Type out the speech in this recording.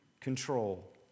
control